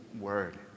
word